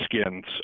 skins